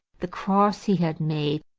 the cross he had made,